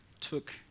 took